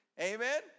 Amen